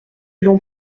l’on